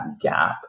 gap